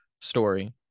story